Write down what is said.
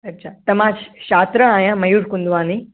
अच्छा त मां छ छात्र आहियां मयूर कुंदवानी